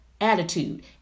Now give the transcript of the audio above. attitude